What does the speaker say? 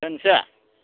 दोनसै